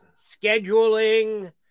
scheduling